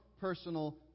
personal